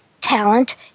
talent